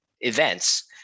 events